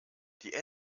die